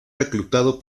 reclutado